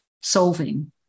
solving